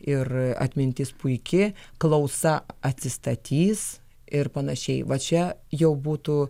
ir atmintis puiki klausa atsistatys ir panašiai va čia jau būtų